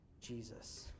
Jesus